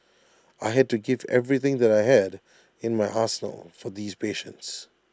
I had to give everything that I had in my arsenal for these patients